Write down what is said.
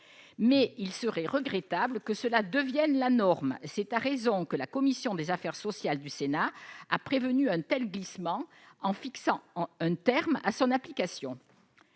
mais il serait regrettable que celle-ci devienne la norme. C'est à raison que la commission des affaires sociales du Sénat a prévenu un tel glissement, en fixant un terme à son application.